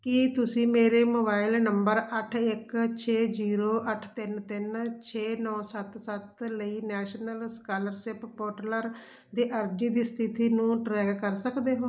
ਕੀ ਤੁਸੀਂ ਮੇਰੇ ਮੋਬਾਈਲ ਨੰਬਰ ਅੱਠ ਇੱਕ ਛੇ ਜ਼ੀਰੋ ਅੱਠ ਤਿੰਨ ਤਿੰਨ ਛੇ ਨੌਂ ਸੱਤ ਸੱਤ ਲਈ ਨੈਸ਼ਨਲ ਸਕਾਲਰਸ਼ਿਪ ਪੋਰਟਲਰ ਦੇ ਅਰਜ਼ੀ ਦੀ ਸਥਿਤੀ ਨੂੰ ਟਰੈਕ ਕਰ ਸਕਦੇ ਹੋ